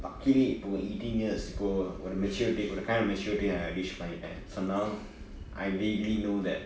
but clearly இப்பொ:ippo eighteen years இப்பொ ஒறு:ippo oru maturity ஒறுoru kind of maturity reach பன்னிட்டேன்:panniten so now I vaguely know that